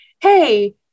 hey